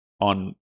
on